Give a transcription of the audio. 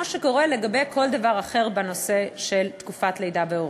כמו שקורה לגבי כל דבר אחר בנושא של תקופת לידה והורות.